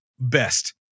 best